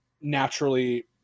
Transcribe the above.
naturally